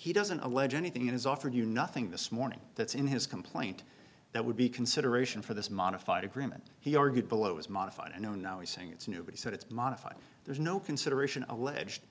he doesn't allege anything is offered you nothing this morning that's in his complaint that would be consideration for this modified agreement he argued below is modified no no he's saying it's new but he said it's modified there's no consideration alleged